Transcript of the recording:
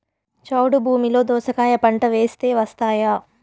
చౌడు భూమిలో దోస కాయ పంట వేస్తే వస్తాయా?